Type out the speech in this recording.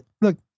look